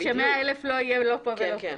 כי 100,000 לא יהיה לא פה ולא פה,